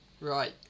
Right